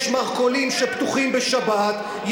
יש מרכולים שפתוחים בשבת,